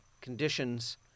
conditions